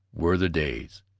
were the days.